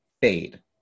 fade